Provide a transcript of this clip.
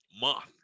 month